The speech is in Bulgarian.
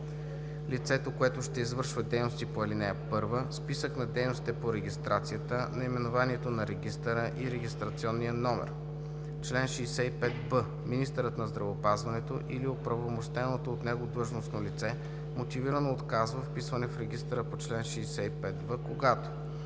лицето, което ще извършва дейности по ал. 1, списък на дейностите по регистрацията, наименованието на регистъра и регистрационния номер. Чл. 65б. Министърът на здравеопазването или оправомощеното от него длъжностно лице мотивирано отказва вписване в регистъра по чл. 65в, когато: